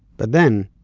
but then,